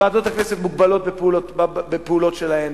ועדות הכנסת מוגבלות בפעולות שלהן.